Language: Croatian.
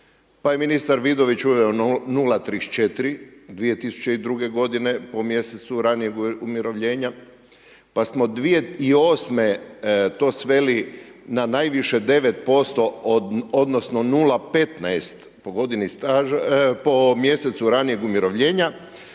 pa je ministar Vidović uveo 0,34 2002. godine po mjesecu ranijeg umirovljenja, pa smo 2008. to sveli na najviše 9% od, odnosno 0,15 po mjesecu ranijeg umirovljenja.